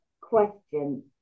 question